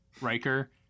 Riker